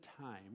time